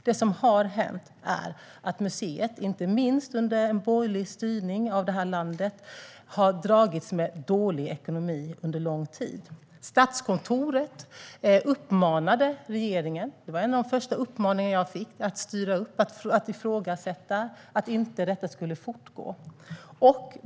Det som har hänt är att museet, inte minst under en borgerlig styrning av det här landet, har dragits med dålig ekonomi under lång tid. Statskontoret uppmanade regeringen att styra upp och ifrågasätta så att detta inte skulle fortgå. Det var en av de första uppmaningarna jag fick.